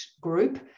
group